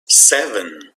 seven